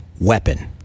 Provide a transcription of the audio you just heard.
Weapon